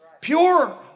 pure